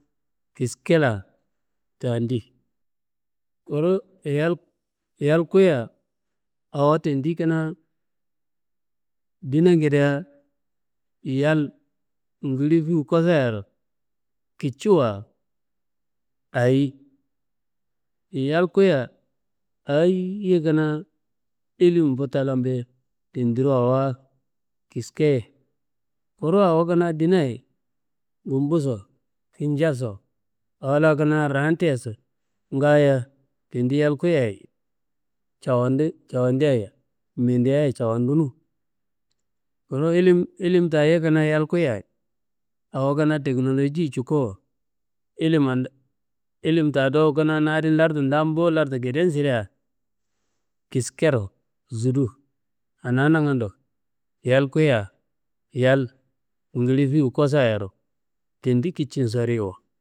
01:30Kiskelan tandi. Kuro, yalkuya awo tandi kinaa dinangedea yal ngili fiwu kosayaro kiciwa ayi? Yal kuya ayiye kinaa ilimfuttalambe tediro awo kiske, kuru awo kinaa dinaye gumbuso, kinjaso, awala kinaa ranteyeso ngaayo tedi yal kuyayi cawandu cawandiayi mindeaye cawandunu. Kuru ilimtaye kina yalkuyayi awo kenaa teknoloji cuko ilima ilimtaa dowo kinaa adin lartudan bo lartungeden sirea, kiskero zudu ananangando yal kuya yal ngili fiwu kosoyaro tendi kicin soriyowo k